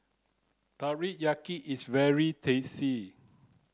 teriyaki is very tasty